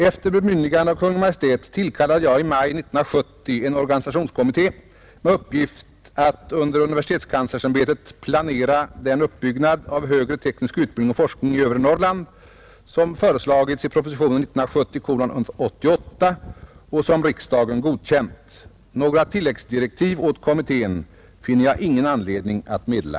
Efter bemyndigande av Kungl. Maj:t tillkallade jag i maj 1970 en organisationskommitté med uppgift att under universitetskanslersämbetet planera den uppbyggnad av högre teknisk utbildning och forskning i övre Norrland som föreslagits i propositionen 1970:88 och som riksdagen godkänt. Några tilläggsdirektiv åt kommittén finner jag ingen anledning att meddela.